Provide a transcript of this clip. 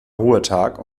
ruhetag